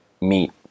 meet